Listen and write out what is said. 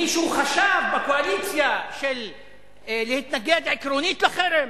מישהו חשב בקואליציה להתנגד עקרונית לחרם?